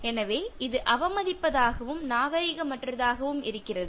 எனவே இது அவமதிப்பதாகவும் நாகரீகமற்றதாகவும் இருக்கிறது